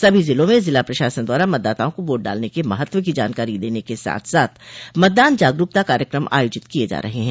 सभी जिलों में जिला प्रशासन द्वारा मतदाताओं को वोट डालन के महत्व की जानकारी देने के साथ साथ मतदान जागरूकता कार्यक्रम आयोजित किये जा रहे हैं